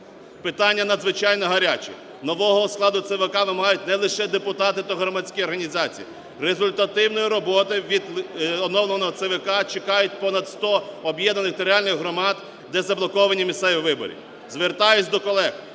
Питання надзвичайно гаряче. Нового складу ЦВК вимагають не лише депутати та громадські організації. Результативної роботи від оновленого ЦВК чекають понад 100 об'єднаних територіальних громад, де заблоковані місцеві вибори. Звертаюся до колег: